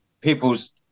people's